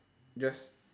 just